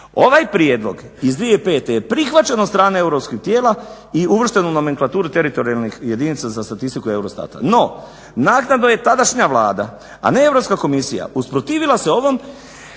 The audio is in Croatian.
Ovaj prijedlog iz 2005. je prihvaćen od strane europskih tijela i uvršten u nomenklaturu teritorijalnih jedinica za statistiku EUROSTAT-a. No, naknadno je tadašnja Vlada, a ne Europska komisija usprotivila se ovom